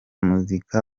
muzika